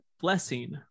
blessing